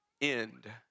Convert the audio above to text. end